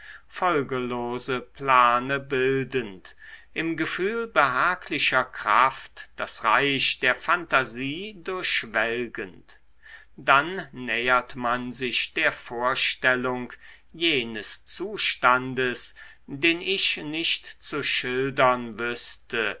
folgelose plane bildend im gefühl behaglicher kraft das reich der phantasie durchschwelgend dann nähert man sich der vorstellung jenes zustandes den ich nicht zu schildern